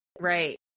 right